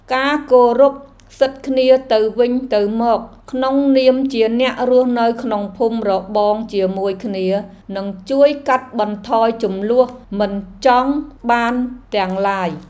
ការគោរពសិទ្ធិគ្នាទៅវិញទៅមកក្នុងនាមជាអ្នករស់នៅក្នុងភូមិរបងជាមួយគ្នានឹងជួយកាត់បន្ថយជម្លោះមិនចង់បានទាំងឡាយ។